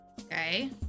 okay